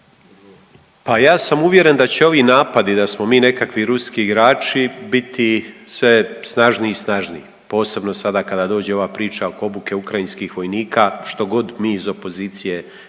Pa ja sam uvjeren da će ovi napadi da smo mi nekakvi ruski igrači biti sve snažniji i snažniji, posebno sada kada dođe ova priča oko obuka ukrajinskih vojnika što god mi iz opozicije napravili